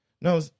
No